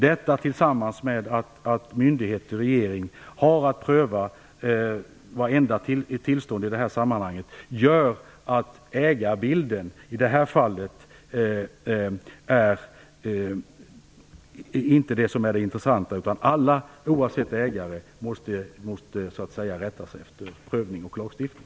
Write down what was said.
Detta tillsammans med att myndighet och regering har att pröva vartenda tillstånd i det här sammanhanget gör att ägarbilden i det här fallet inte är det intressanta, utan alla oavsett ägare måste rätta sig efter prövning och lagstiftning.